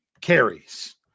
carries